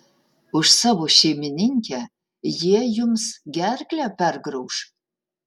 už savo šeimininkę jie jums gerklę pergrauš